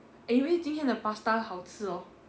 anyway 今天的 pasta 好吃 hor